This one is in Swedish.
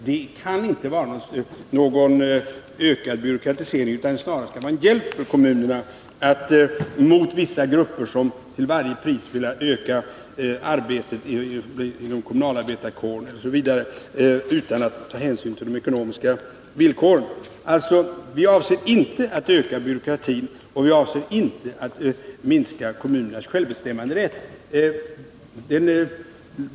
Det kan inte innebära någon ökad byråkratisering, utan bör snarast vara en hjälp för kommunen mot vissa grupper som till varje pris vill öka arbetet inom kommunalarbetarkåren utan att ta hänsyn till de ekonomiska villkoren. Vi avser alltså inte att öka byråkratin och inte att minska kommunernas självbestämmanderätt.